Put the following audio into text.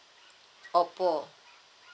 OPPO